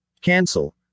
Cancel